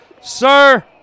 Sir